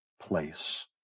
place